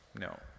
No